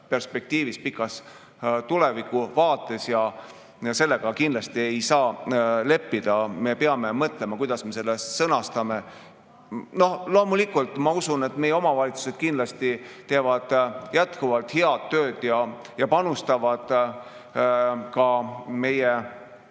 perspektiivis, pikas tulevikuvaates. Sellega kindlasti ei saa leppida. Me peame mõtlema, kuidas me selle sõnastame. Loomulikult ma usun, et meie omavalitsused teevad jätkuvalt head tööd ja panustavad ka meie